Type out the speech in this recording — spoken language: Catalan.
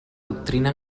doctrina